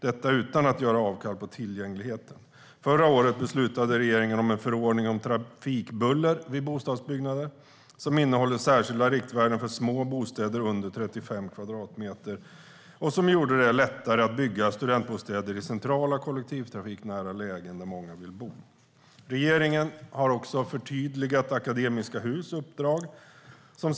Härvid görs inte avkall på tillgängligheten. Förra året beslutade regeringen om en förordning om trafikbuller vid bostadsbyggnader. Förordningen innehåller särskilda riktvärden för små bostäder under 35 kvadratmeter och har gjort det lättare att bygga studentbostäder i centrala kollektivtrafiknära lägen där många vill bo. Regeringen har förtydligat uppdraget för Akademiska Hus.